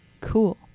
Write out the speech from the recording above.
cool